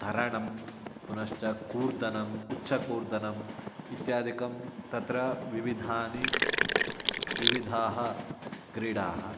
तरणं पुनश्च कूर्दनम् उच्चकूर्दनम् इत्यादिकं तत्र विविधानि विविधाः क्रीडाः